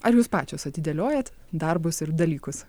ar jūs pačios atidėliojat darbus ir dalykus